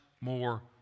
more